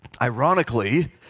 Ironically